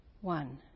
one